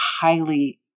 highly